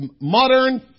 Modern